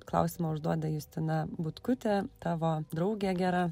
klausimą užduoda justina butkutė tavo draugė gera